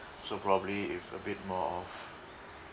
so probably if a bit more of